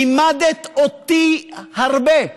לימדת אותי הרבה,